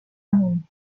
amunt